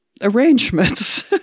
arrangements